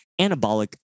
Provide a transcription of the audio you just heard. anabolic